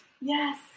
Yes